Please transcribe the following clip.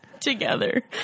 together